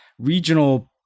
regional